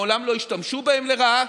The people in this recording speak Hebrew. מעולם לא השתמשו בהם לרעה,